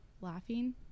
laughing